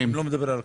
על הקרקע.